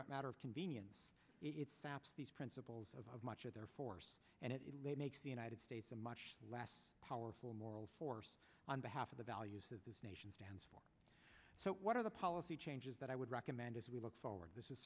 matter of convenience it's these principles of much of their force and it makes the united states a much less powerful moral force on behalf of the values of this nation stands for so what are the policy changes that i would recommend as we look forward this is